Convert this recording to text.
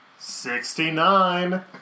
Sixty-nine